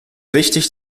wichtig